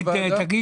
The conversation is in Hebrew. מסקנות הוועדה.